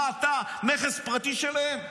מה, אתה נכס פרטי שלהם?